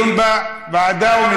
דיון בוועדה.